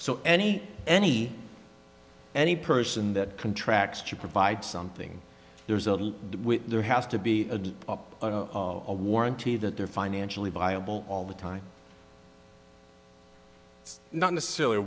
so any any any person that contracts to provide something there's a there has to be a pop a warranty that they're financially viable all the time it's not necessarily a